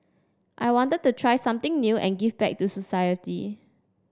I wanted to try something new and give back to society